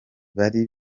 bari